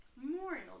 Memorial